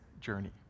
journey